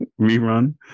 rerun